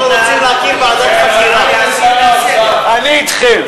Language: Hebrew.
אנחנו רוצים להקים ועדת חקירה, אני אתכם.